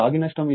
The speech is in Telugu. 5 15 2 0